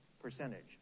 percentage